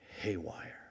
haywire